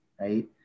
right